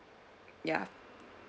ya